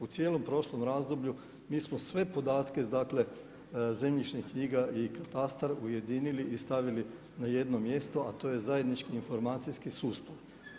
U cijelom prošlom razdoblju, mi smo sve podatke, zemljišne knjiga i katastar ujedinili i stavili na jedno mjesto, a to je zajednički informacijski sustav.